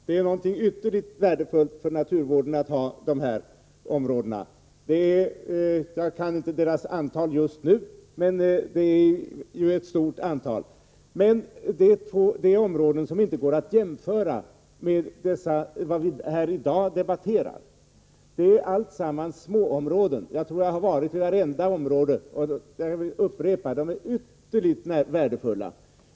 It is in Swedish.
Det är ytterligt värdefullt för naturvården att ha dessa områden. Jag känner inte till deras antal just nu, men det är ju ett stort antal. Det är emellertid områden som inte går att jämföra med vad vi här i dag debatterar. Alltsammans är småområden. Jag tror att jag har varit i vartenda område, och jag vill upprepa: de är ytterligt värdefulla.